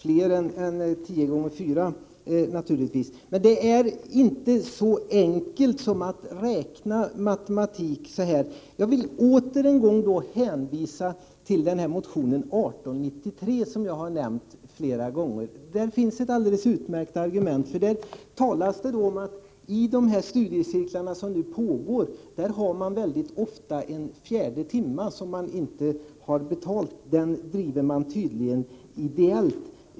Herr talman! Med fjorton gånger tre timmar blir naturligtvis antalet timmar större än med tio gånger fyra. Med det är inte så enkelt som att bara räkna matematiskt. Jag ber återigen att få hänvisa till motion 1893 som jag nämnt flera gånger här. Där finns ett alldeles utmärkt argument. Där talas det om att de studiecirklar som nu pågår väldigt ofta har en fjärde timme som de inte tar betalt för — den drivs tydligen ideellt.